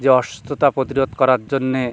যে অসুস্থতা প্রতিরোধ করার জন্য